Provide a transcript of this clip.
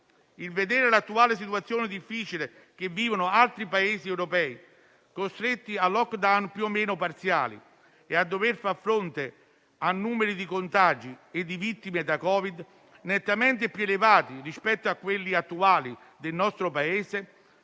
Vedere l'attuale difficile situazione che vivono altri Paesi europei, costretti a *lockdown* più o meno parziali e a dover far fronte a numeri di contagi e di vittime da Covid-19 nettamente più elevati rispetto a quelli attuali del nostro Paese,